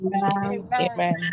Amen